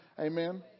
Amen